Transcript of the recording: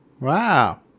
Wow